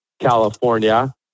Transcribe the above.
California